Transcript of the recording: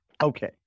Okay